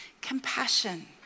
compassion